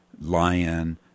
lion